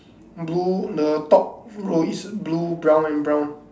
blue the top row is blue brown and brown